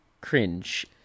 Cringe